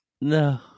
No